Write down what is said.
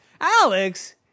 Alex